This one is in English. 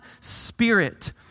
spirit